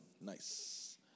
Nice